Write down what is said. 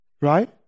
right